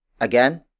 Again